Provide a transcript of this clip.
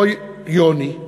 אותו יוני,